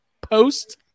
post